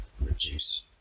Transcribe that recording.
reduce